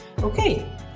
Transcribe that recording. Okay